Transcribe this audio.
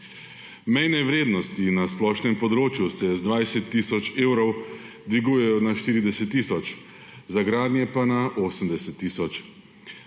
Mejne vrednosti na splošnem področju se z 20 tisoč evrov dvigujejo na 40 tisoč, za gradnje pa na 80 tisoč.